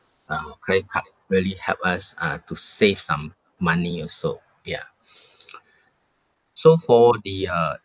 uh credit card really help us uh to save some money also ya so for the uh